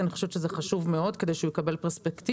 אני חושבת שזה חשוב מאוד כדי שהוא יקבל פרספקטיבה